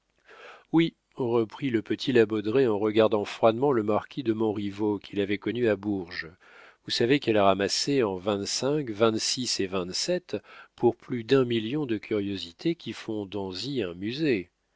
oui reprit le petit la baudraye en regardant froidement le marquis de montriveau qu'il avait connu à bourges vous savez qu'elle a ramassé en et vingt-sept pour plus d'un million de curiosités qui font d'anzy un musée